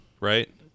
right